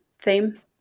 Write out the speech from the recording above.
theme